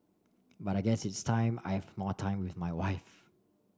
but I guess it's time I've more time with my wife